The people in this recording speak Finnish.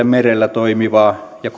merellä toimivaa ja